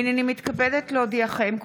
הינני מתכבדת להודיעכם,